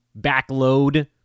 backload